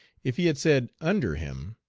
if he had said under him,